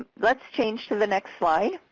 let's change to the next slide.